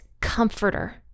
comforter